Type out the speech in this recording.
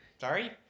sorry